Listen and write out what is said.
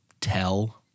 tell